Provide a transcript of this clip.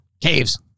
Caves